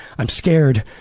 i'm scared.